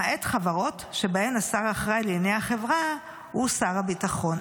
למעט חברות שבהן השר האחראי לענייני החברה הוא שר הביטחון.